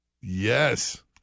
Yes